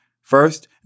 First